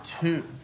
two